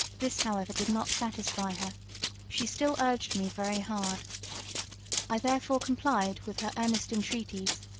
this however did not satisfy her she still urged me very hard i therefore complied with her earnest entreaties,